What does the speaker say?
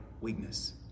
weakness